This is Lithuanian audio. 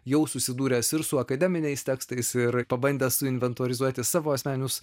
jau susidūręs ir su akademiniais tekstais ir pabandęs suinventorizuoti savo asmeninius